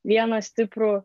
vieną stiprų